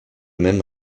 même